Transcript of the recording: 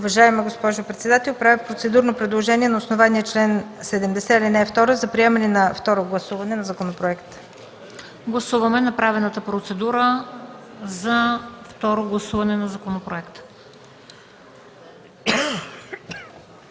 Уважаема госпожо председател, правя процедурно предложение на основание чл. 70, ал. 2 за приемане на второ гласуване на законопроекта. ПРЕДСЕДАТЕЛ МЕНДА СТОЯНОВА: Гласуваме направената процедура за второ гласуване на законопроекта.